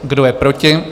Kdo je proti?